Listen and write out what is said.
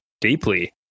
deeply